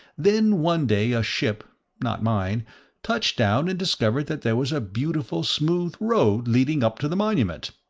then one day a ship not mine touched down and discovered that there was a beautiful smooth road leading up to the monument.